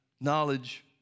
knowledge